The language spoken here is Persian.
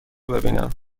ببینم